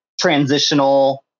transitional